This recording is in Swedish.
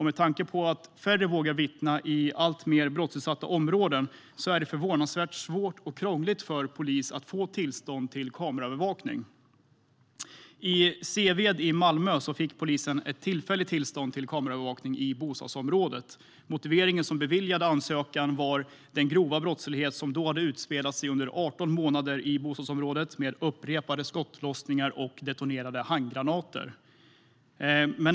Med tanke på att färre vågar vittna i alltmer brottsutsatta områden är det förvånansvärt svårt och krångligt för polisen att få tillstånd för kameraövervakning. I Seved i Malmö fick polisen tillfälligt tillstånd för kameraövervakning i bostadsområdet. Motiveringen till den beviljade ansökan var den grova brottslighet som hade utspelat sig under 18 månader i bostadsområdet, med upprepade skottlossningar och detonerade handgranater.